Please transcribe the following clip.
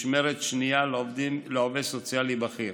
משמרת שנייה לעובד סוציאלי בכיר,